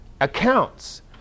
accounts